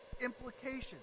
implications